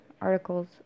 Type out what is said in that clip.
articles